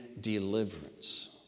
deliverance